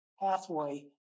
pathway